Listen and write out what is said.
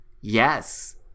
Yes